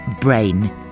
brain